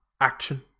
action